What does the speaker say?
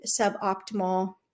suboptimal